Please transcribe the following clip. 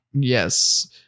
Yes